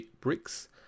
Bricks